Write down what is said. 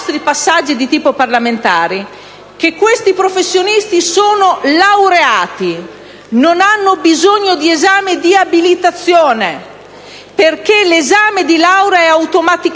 passaggi parlamentari - che questi professionisti sono laureati; non hanno bisogno di esame di abilitazione, perché l'esame di laurea è automaticamente